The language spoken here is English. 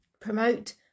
promote